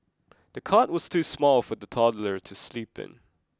the cot was too small for the toddler to sleep in